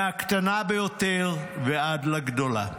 מהקטנה ביותר ועד לגדולה.